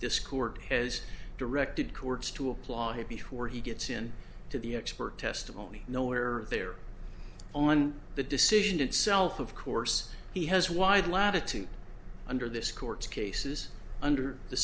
this court has directed courts to apply before he gets in to the expert testimony nowhere there on the decision itself of course he has wide latitude under this court's cases under the